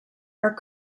are